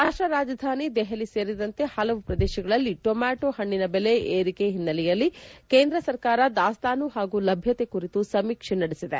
ರಾಷ್ಟ ರಾಜಧಾನಿ ದೆಹಲಿ ಸೇರಿದಂತೆ ಹಲವು ಪ್ರದೇಶಗಳಲ್ಲಿ ಟೊಮ್ಮಾಟೋ ಹಣ್ಣಿನ ಬೆಲೆ ಏರಿಕೆ ಹಿನ್ನೆಲೆಯಲ್ಲಿ ಕೇಂದ್ರ ಸರ್ಕಾರ ದಾಸ್ತಾನು ಹಾಗೂ ಲಭ್ಯತೆ ಕುರಿತು ಸಮೀಕ್ಷೆ ನಡೆಸಿದೆ